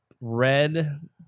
red